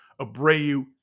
Abreu